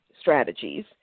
strategies